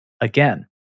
again